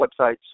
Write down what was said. websites